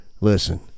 listen